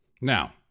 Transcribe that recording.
Now